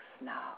now